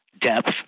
depth